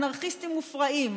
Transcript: אנרכיסטים מופרעים,